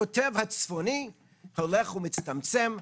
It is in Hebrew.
הקוטב הצפוני הולך ומצטמצם,